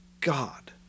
God